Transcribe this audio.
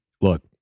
look